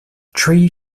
tree